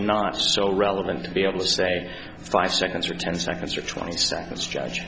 not so relevant to be able to say five seconds or ten seconds or twenty seconds j